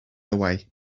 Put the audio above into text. away